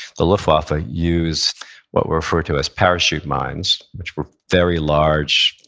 the luftwaffe ah used what were refered to as parachute mines, which were very large,